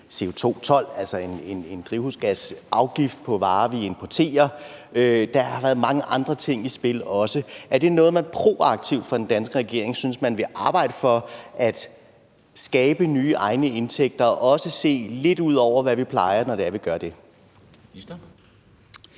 CO2-told, altså en drivhusgasafgift på varer, vi importerer. Der har været mange andre ting i spil også. Er det noget, man proaktivt fra den danske regerings side synes man vil arbejde for, altså skabe nye, egne indtægter og også se lidt ud over, hvad vi plejer, når det er, vi gør det?